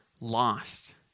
lost